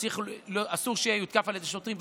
ואסור שהוא יותקף על ידי שוטרים,